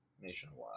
Nationwide